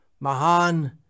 Mahan